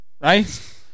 Right